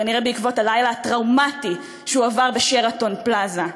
כנראה בעקבות הלילה הטראומטי שהוא עבר ב"שרתון פלאזה".